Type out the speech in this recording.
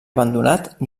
abandonat